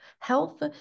health